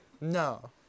No